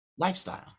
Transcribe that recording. Lifestyle